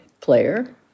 player